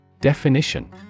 Definition